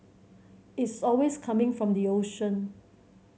it's always coming from the ocean